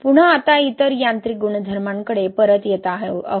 पुन्हा आता इतर यांत्रिक गुणधर्मांकडे परत येत आहे